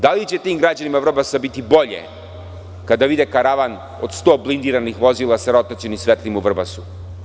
Da li će tim građanima Vrbasa biti bolje kada vide karavan od 100 blindiranih vozila sa rotacionim svetlima u Vrbasu?